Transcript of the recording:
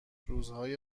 روزهای